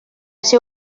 ser